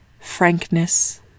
Frankness